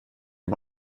ihm